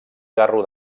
carro